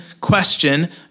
question